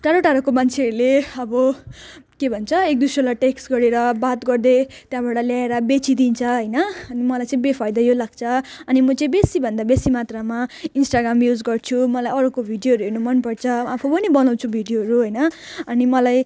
टाढोटाढोको मान्छेहरूले अब के भन्छ एकदोस्रोलाई टेक्स गरेर बात गर्दै त्यहाँबाट ल्याएर बेचिदिन्छ होइन अनि मलाई चाहिँ बेफाइदा यो लाग्छ अनि म चाहिँ बेसीभन्दा बेसी मात्रामा इन्स्टाग्राम युज गर्छु मलाई अरूको भिडियोहरू हेर्नु मनपर्छ आफू पनि बनाउँछु भिडियोहरू होइन अनि मलाई